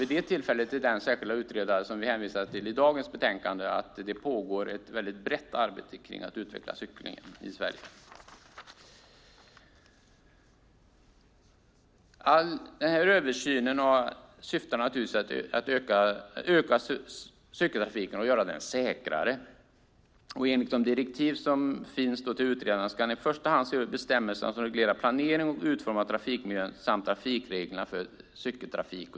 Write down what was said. Den särskilda utredare som vi hänvisar till i dagens betänkande redovisade att det pågår ett brett arbete när det gäller att utveckla cykling i Sverige. Översynen syftar till att öka cykeltrafiken och göra den säkrare. Enligt direktiven ska utredaren i första hand se över de bestämmelser som reglerar planering och utformning av trafikmiljön samt trafikreglerna för cykeltrafik.